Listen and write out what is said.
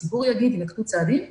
הציבור יגיב ויינקטו צעדים ולכן,